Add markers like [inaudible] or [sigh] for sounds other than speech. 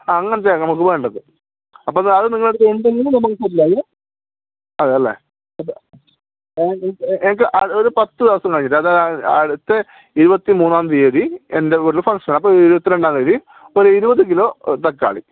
ആ അങ്ങനത്തെയാണ് നമ്മൾക്ക് വേണ്ടത് അപ്പോൾ എന്നാൽ അത് നിങ്ങളടുത്തുണ്ടെങ്കിൽ നമ്മൾക്ക് [unintelligible] അതെ അല്ലേ എനിക്ക് ഒരു പത്തു ദിവസം കഴിഞ്ഞിട്ട് അത് അടുത്ത ഇരുപത്തി മൂന്നാം തീയതി എൻ്റെ വീട്ടിൽ ഫങ്ക്ഷൻ അപ്പോൾ ഇരുപത്തി രണ്ടാം തീയതി ഒരു ഇരുപത് കിലോ തക്കാളി